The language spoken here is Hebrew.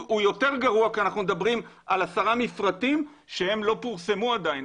הוא יותר גרוע כי אנחנו מדברים על עשרה מפרטים שהם לא פורסמו עדיין,